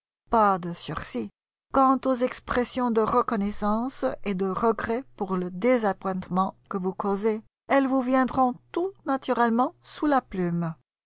pas de sursis quant aux expressions de reconnaissance et de regret pour le désappointement que vous causez elles vous viendront tout naturellement sous la plume